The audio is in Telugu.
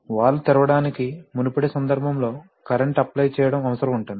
వాల్వ్ తెరవడానికి మునుపటి సందర్భంలో కరెంట్ అప్లై చేయడం అవసరం ఉంటుంది